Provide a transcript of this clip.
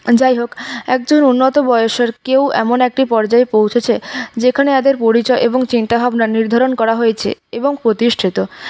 যাই হোক একজন উন্নত বয়সের কেউ এমন একটি পর্যায়ে পৌঁছেছে যেখানে তাদের পরিচয় এবং চিন্তাভাবনা নির্ধারণ করা হয়েছে এবং প্রতিষ্ঠিত